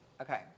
Okay